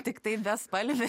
tiktai bespalvį